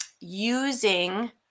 using